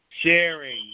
Sharing